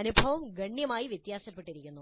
അനുഭവം ഗണ്യമായി വ്യത്യാസപ്പെട്ടിരിക്കുന്നു